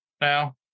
now